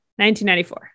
1994